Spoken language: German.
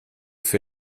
für